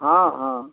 हाँ हाँ